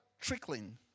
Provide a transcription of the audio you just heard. Trickling